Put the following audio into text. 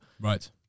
Right